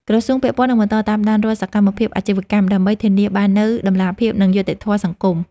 ក្រសួងពាក់ព័ន្ធនឹងបន្តតាមដានរាល់សកម្មភាពអាជីវកម្ម ដើម្បីធានាបាននូវតម្លាភាព និងយុត្តិធម៌សង្គម។